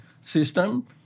system